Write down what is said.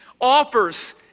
offers